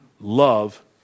love